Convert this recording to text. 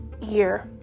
year